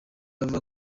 avuga